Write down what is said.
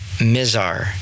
Mizar